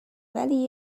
ولی